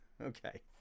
Okay